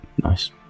Nice